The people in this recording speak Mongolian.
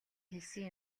хэлсэн